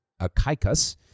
Achaicus